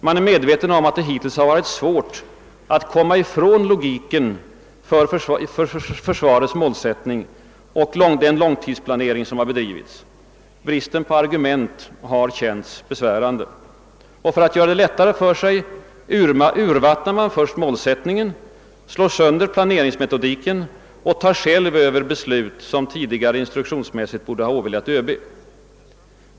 Man är medveten om att det hittills varit svårt att komma ifrån logiken i försvarets målsättning och i den långtidsplanering som har bedrivits. Bristen på argument har känts besvärande. För att göra det lättare för sig urvattnar man först målsättningen, slår sönder planeringsmetodiken och tar själv över beslut som tidigare instruktionsmässigt borde ha åvilat ÖB.